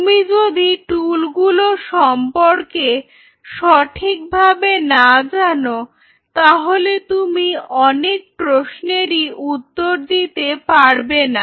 তুমি যদি টুলগুলো সম্পর্কে সঠিকভাবে না জানো তাহলে তুমি অনেক প্রশ্নেরই উত্তর দিতে পারবে না